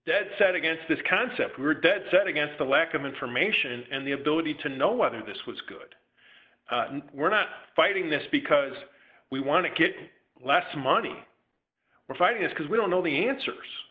dead set against this concept we're dead set against the lack of information and the ability to know whether this was good we're not fighting this because we want to get less money we're fighting it because we don't know the answers